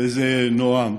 וזה נועם,